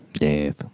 Yes